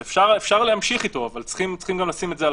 ואז אומרים לנו באותו יום: אנחנו לא יכולים להוציא אף אחד מאותו מתקן,